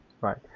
right